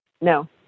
No